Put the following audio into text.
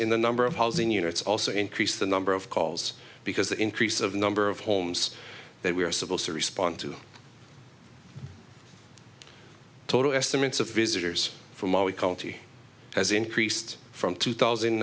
the number of housing units also increase the number of calls because the increase of the number of homes that we are supposed to respond to total estimates of visitors from alicante has increased from two thousand